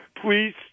Please